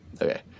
Okay